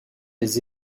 les